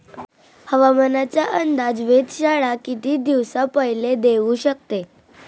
हवामानाचा अंदाज वेधशाळा किती दिवसा पयले देऊ शकते?